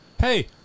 Hey